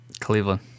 Cleveland